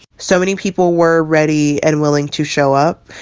so many people were ready and willing to show up.